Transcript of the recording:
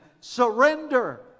surrender